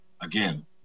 again